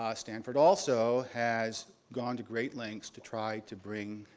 um stanford also has gone to great lengths to try to bring